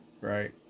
Right